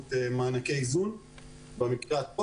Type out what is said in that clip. באמצעות מענקי איזון במקרה הטוב,